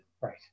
Right